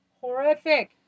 horrific